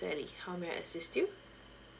ally how may I assist you